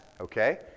Okay